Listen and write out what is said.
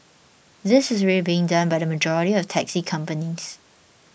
this is already being done by the majority of taxi companies